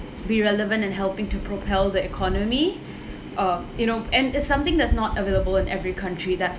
be relevant and helping to propel the economy uh you know and it's something that's not available in every country that's